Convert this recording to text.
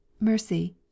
Mercy